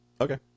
okay